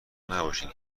نباشین